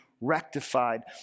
rectified